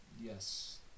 Yes